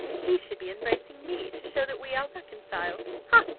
he should be embracing me, to show that we are reconciled. ha!